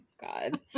God